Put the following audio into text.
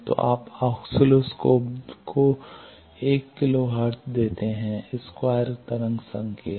तो आप ऑस्किलोस्कोप देते हैं 1 किलो हर्ट्ज स्क्वायर तरंग संकेत